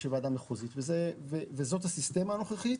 וזו הסיסטמה הנוכחית.